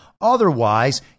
Otherwise